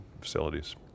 facilities